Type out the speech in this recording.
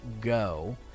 go